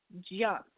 jump